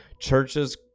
churches